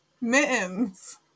Mittens